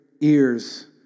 ears